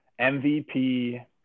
mvp